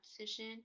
position